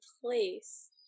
place